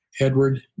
Edward